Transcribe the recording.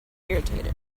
irritated